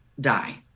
die